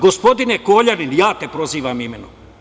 Gospodine Koljanin ja te prozivam imenom.